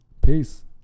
Peace